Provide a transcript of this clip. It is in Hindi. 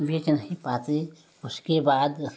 बेच नहीं पाते उसके बाद